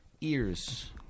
Ears